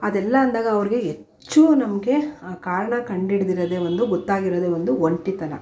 ಅದೆಲ್ಲ ಅಂದಾಗ ಅವರಿಗೆ ಹೆಚ್ಚು ನಮಗೆ ಕಾರಣ ಕಂಡು ಹಿಡಿದಿರೋದೇ ಒಂದು ಗೊತ್ತಾಗಿರೋದೆ ಒಂದು ಒಂಟಿತನ